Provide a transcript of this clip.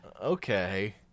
Okay